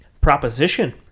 proposition